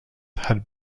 had